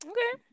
Okay